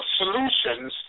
solutions